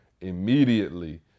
immediately